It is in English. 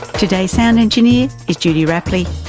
today's sound engineer is judy rapley.